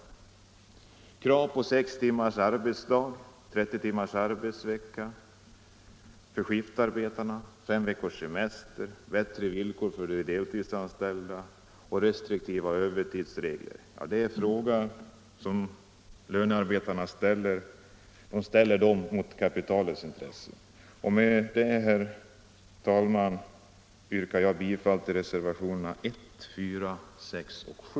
Krav på sex timmars arbetsdag, 30 timmars arbetsvecka för skiftarbetare, fem veckors semester, bättre villkor för de deltidsanställda och restriktiva övertidsregler — det är krav som lönarbetarna ställer mot kapitalets intressen. Med det anförda, herr talman, yrkar jag bifall till reservationerna 1, 4, 6 och 7.